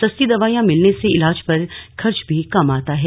सस्ती दवाइयां मिलने से इलाज पर खर्च भी कम आता है